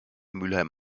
mülheim